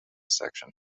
section